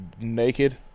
naked